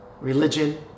religion